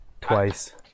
twice